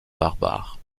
barbares